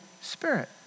Spirit